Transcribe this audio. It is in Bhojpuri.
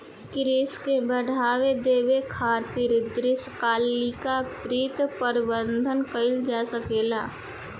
कृषि के बढ़ावा देबे खातिर दीर्घकालिक वित्त प्रबंधन कइल जा सकेला